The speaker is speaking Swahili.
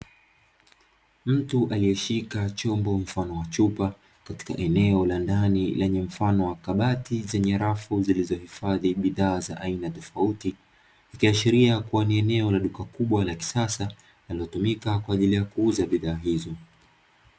Mtu aliyeshika chombo mfano wa chupa katika eneo la ndani lenye mfano wa kabati lenye rafu zilizohifadhi bidhaa za aina tofauti, ikiashiria kuwa ni eneo la duka kubwa la kisasa linalotumika kwa ajili ya kuuza bidhaa hizo.